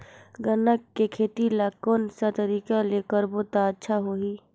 गन्ना के खेती ला कोन सा तरीका ले करबो त अच्छा होही?